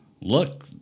look